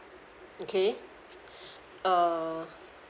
okay uh